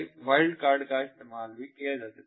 wildcard का भी इस्तेमाल किया जा सकता था